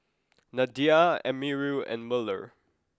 Nadia Amirul and Melur